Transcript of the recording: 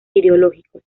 ideológicos